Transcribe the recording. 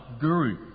guru